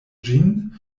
ĝin